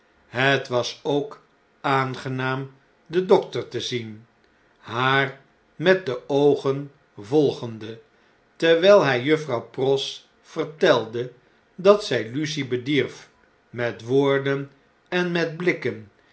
het was ook aangenaam den dokter te zien haar met de oogen volgende terwjjl hij juffrouw pross vertelde dat zjj lucie bedierf met woorden en met blikken